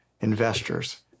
investors